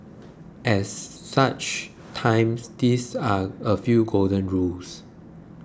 at such times these are a few golden rules